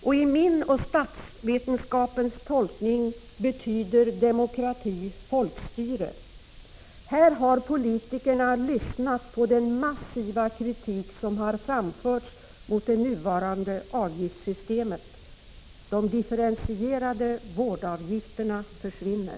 Med min och statsvetenskapens tolkning betyder demokrati folkstyre. Här har politikerna lyssnat på den massiva kritik som har framförts mot det nuvarande avgiftssystemet. De differentierade vårdavgifterna försvinner.